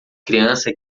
criança